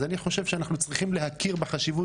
אז אני חושב שאנחנו צריכים להכיר בחשיבות